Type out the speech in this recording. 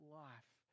life